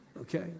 Okay